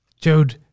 Jude